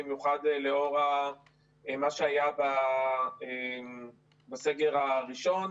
במיוחד לאור מה שהיה בסגר הראשון.